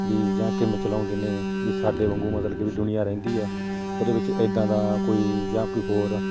ਵੀ ਜਾਂ ਕਿਵੇਂ ਚਲਾਉਂਦੇ ਨੇ ਵੀ ਸਾਡੇ ਵਾਂਗੂ ਮਤਲਬ ਕਿ ਵੀ ਦੁਨੀਆ ਰਹਿੰਦੀ ਆ ਉਹਦੇ ਵਿੱਚ ਇੱਦਾਂ ਦਾ ਕੋਈ ਜਾਂ ਕੋਈ ਹੋਰ